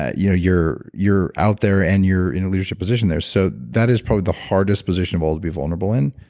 you know you're you're out there and you're in a leadership position there. so, that is probably the hardest position of all to be vulnerable in.